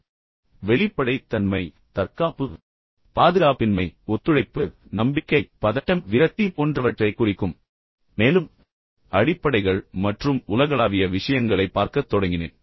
பின்னர் நான் வெளிப்படைத்தன்மை தற்காப்பு பாதுகாப்பின்மை ஒத்துழைப்பு நம்பிக்கை பதட்டம் விரக்தி போன்றவற்றைக் குறிக்கும் மேலும் அடிப்படைகள் மற்றும் உலகளாவிய விஷயங்களைப் பார்க்கத் தொடங்கினேன்